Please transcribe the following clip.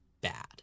bad